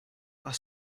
are